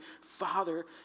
Father